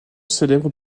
célèbres